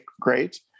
great